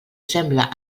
sembla